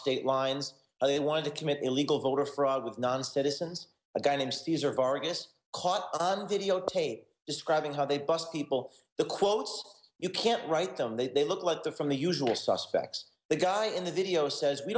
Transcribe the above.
state lines and they wanted to commit illegal voter fraud with non citizens a guy named cesar vargas caught on videotape describing how they bust people the quotes you can't write them they look like the from the usual suspects the guy in the video says we